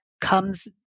comes